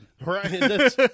Right